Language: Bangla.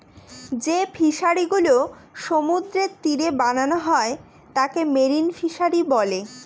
যে ফিশারিগুলা সমুদ্রের তীরে বানানো হয় তাকে মেরিন ফিশারী বলে